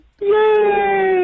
Yay